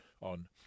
on